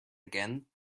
again